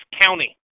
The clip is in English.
County